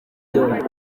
byombi